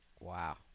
Wow